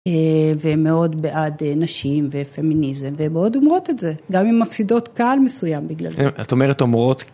ומאוד בעד נשים ופמיניזם ומאוד אומרות את זה גם עם מפסידות קהל מסוים בגלל זה. את אומרת אומרות...